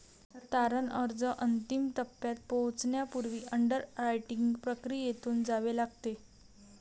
तारण अर्ज अंतिम टप्प्यात पोहोचण्यापूर्वी अंडररायटिंग प्रक्रियेतून जावे लागते